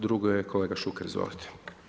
Druga je kolega Šuker, izvolite.